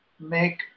make